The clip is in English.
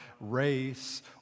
race